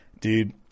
Dude